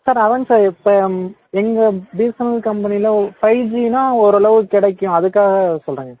sir அதாங்க sir இப்போ எங்கள் பிஎஸ்என்எல் கம்பெனியில் ஃபைவ்ஜினால் ஓரளவுக்கு கிடைக்கும் அதுக்காக சொல்கிறேங்க